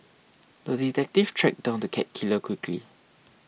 the detective tracked down the cat killer quickly